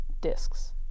discs